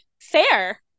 fair